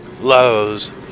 lowe's